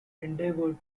endeavoured